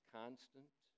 constant